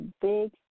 big